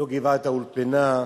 לא גבעת-האולפנה,